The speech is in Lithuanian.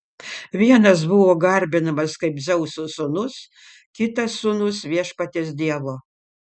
vienas buvo garbinamas kaip dzeuso sūnus kitas sūnus viešpaties dievo